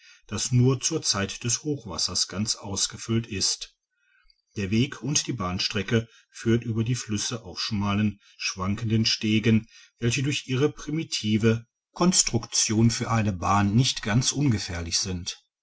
das nur zur zeit des hochwassers ganz ausgefüllt ist der weg und die bahnstrecke führt über die flüsse auf schmalen schwankenden stegen welche durch ihre primitive kondigitized by google struktion für eine bahn nicht ganz ungefährlich sind